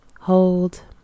Hold